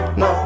no